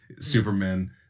Superman